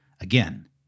Again